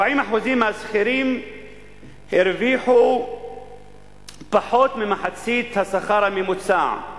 40% מהשכירים הרוויחו פחות ממחצית השכר הממוצע.